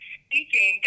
speaking